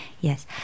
yes